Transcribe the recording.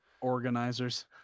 Organizers